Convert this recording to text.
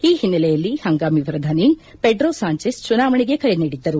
ಈ ಹಿನ್ನೆಲೆಯಲ್ಲಿ ಹಂಗಾಮಿ ಪ್ರಧಾನಿ ಪೆಡ್ರೊ ಸಾಂಚೆಸ್ ಚುನಾವಣೆಗೆ ಕರೆ ನೀಡಿದ್ದರು